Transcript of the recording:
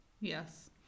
Yes